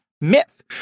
myth